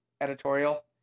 editorial